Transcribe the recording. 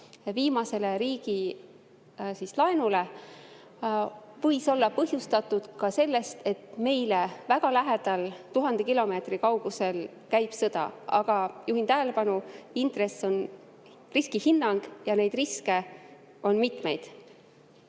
viimasele riigi laenule võis olla põhjustatud ka sellest, et meile väga lähedal, tuhande kilomeetri kaugusel käib sõda. Aga juhin tähelepanu, et intress on riskihinnang ja neid riske on mitmeid.